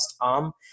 arm